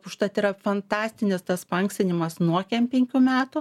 užtat yra fantastinis tas paankstinimas nuo kem penkių metų